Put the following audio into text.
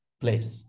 place